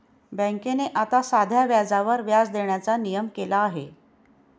बँकेने आता साध्या व्याजावर व्याज देण्याचा नियम केला आहे